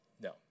No